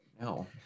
No